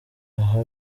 aha